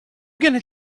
gonna